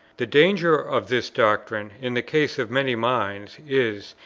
the danger of this doctrine, in the case of many minds, is,